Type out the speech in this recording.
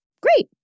Great